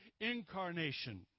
incarnation